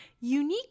unique